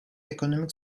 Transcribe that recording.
ekonomik